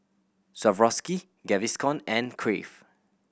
Swarovski Gaviscon and Crave